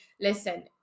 Listen